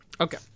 Okay